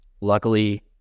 Luckily